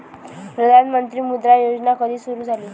प्रधानमंत्री मुद्रा योजना कधी सुरू झाली?